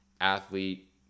athlete